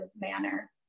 manner